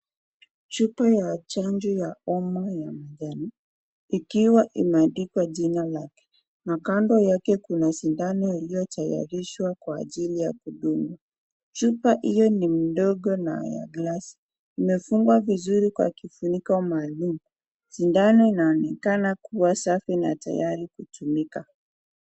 Chupa ya chanjo ya homa ya manjano, ikiwa imeandikwa jina lake na kando yake kuna sindano iliyotayarishwa kwa ajili ya kudungwa. Chupa hiyo ni ndogo na ya glasi imefungwa vizuri kwa kifuniko maalum. Sindano inaonekana kuwa safi na tayari kutumika.